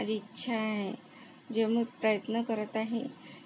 जी माझी इच्छा आहे जे मी प्रयत्न करत आहे